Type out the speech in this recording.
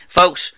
Folks